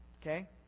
Okay